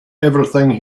everything